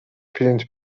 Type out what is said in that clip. پرینت